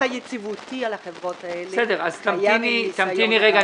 הפיקוח היציבותי על החברות האלה -- תמתיני רגע,